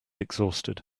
exhausted